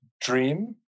dream